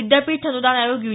विद्यापीठ अनुदान आयोग यु